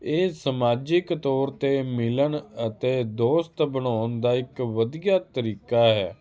ਇਹ ਸਮਾਜਿਕ ਤੌਰ ਤੇ ਮਿਲਣ ਅਤੇ ਦੋਸਤ ਬਣਾਉਣ ਦਾ ਇੱਕ ਵਧੀਆ ਤਰੀਕਾ ਹੈ